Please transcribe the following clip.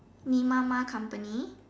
你妈妈 company